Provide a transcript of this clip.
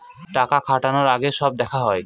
টাকা খাটানোর আগে সব দেখা হয়